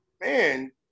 man